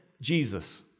Jesus